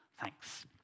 Thanks